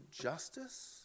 justice